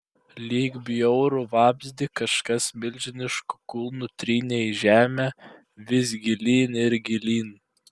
lyg bjaurų vabzdį kažkas milžinišku kulnu trynė į žemę vis gilyn ir gilyn